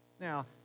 Now